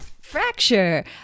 Fracture